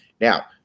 Now